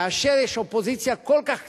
כאשר יש אופוזיציה כל כך קטנה,